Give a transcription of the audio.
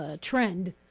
trend